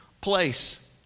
place